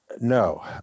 No